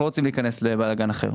אנחנו לא רוצים להיכנס לבלגן אחר.